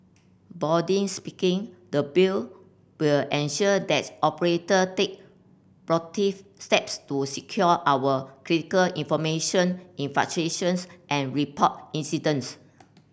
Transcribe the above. boarding speaking the Bill will ensure that operator take proactive steps to secure our critical information and report incidents